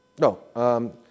No